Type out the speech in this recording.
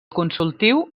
consultiu